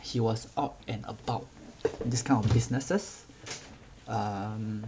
he was out and about this kind of businesses um